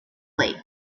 lake